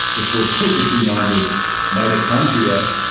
if we're focusing on this mitochondria